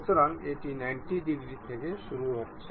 সুতরাং এটি 90 ডিগ্রী থেকে শুরু হচ্ছে